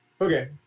Okay